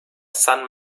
son